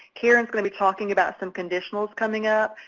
karen's going to be talking about some conditionals coming up.